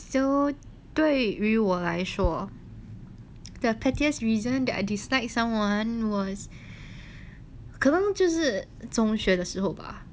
so 对于我来说 the pettiest reason that I dislike someone was 可能就是中学的时候吧